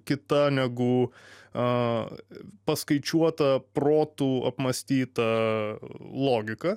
kita negu a paskaičiuota protu apmąstyta logika